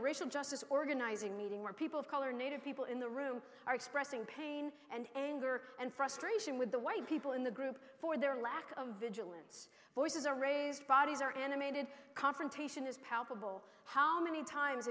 racial justice organizing meeting where people of color native people in the room are expressing pain and anger and frustration with the white people in the group for their lack of vigilance voices are raised bodies are animated confrontation is palpable how many times